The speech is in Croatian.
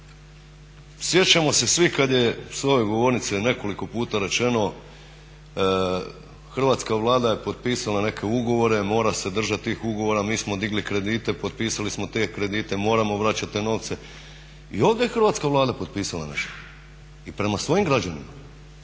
sjećamo se svi kad je s ove govornice nekoliko puta rečeno Hrvatska Vlada je potpisala neke ugovore, mora se držati tih ugovora, mi smo digli kredite, potpisali smo te kredite, moramo vraćati te novce. I ovdje je Hrvatska Vlada potpisala nešto i prema svojim građanima,